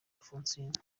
alphonsine